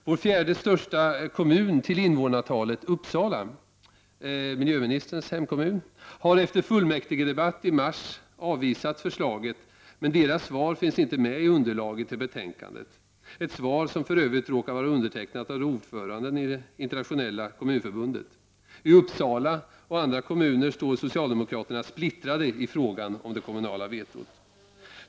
Vår till invånarantalet fjärde största kommun, Uppsala, miljöministerns hemkommun, har efter sin fullmäktigedebatt i mars avvisat förslaget. Men svaret finns inte med i underlaget till betänkandet — ett svar som för övrigt råkar vara undertecknat av ordföranden i det internationella kommunförbundet. I Uppsala och andra kommuner står socialdemokraterna splittrade i frågan om det kommunala vetot.